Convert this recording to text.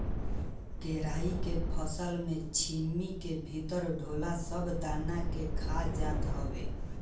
केराई के फसल में छीमी के भीतर ढोला सब दाना के खा जात हवे